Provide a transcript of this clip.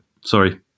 Sorry